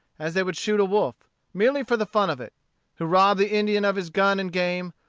as they would shoot a wolf merely for the fun of it who robbed the indian of his gun and game,